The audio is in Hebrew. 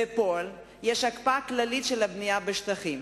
בפועל יש הקפאה כללית של הבנייה בשטחים,